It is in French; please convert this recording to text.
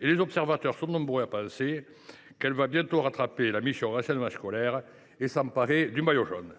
Les observateurs sont nombreux à penser que cette mission va bientôt rattraper la mission « Enseignement scolaire » et s’emparer du maillot jaune